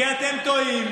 כי אתם טועים,